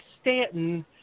Stanton